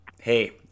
hey